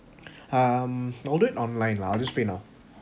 um I'll do it online lah I just pay now